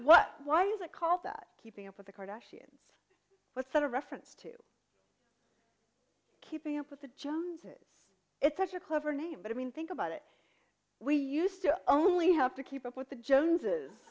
what why is it called that keeping up with the cardassian what sort of reference to keeping up with the joneses it's such a clever name but i mean think about it we used to only have to keep up with the joneses